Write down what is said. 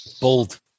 Bold